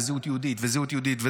וזהות יהודית וזהות יהודית,